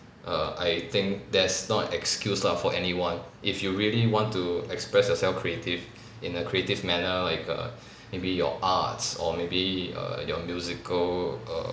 err I think that's not an excuse lah for anyone if you really want to express yourself creative in a creative manner like err maybe your arts or maybe err your musical err